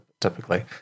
typically